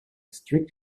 strict